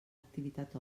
activitat